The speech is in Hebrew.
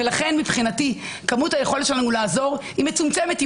ולכן מבחינתי כמות היכולת לעזור היא מצומצמת,